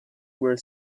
were